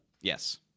Yes